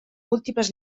múltiples